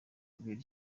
kubera